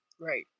Right